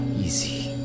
Easy